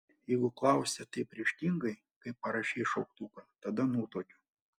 jeigu klausi taip ryžtingai kaip parašei šauktuką tada nutuokiu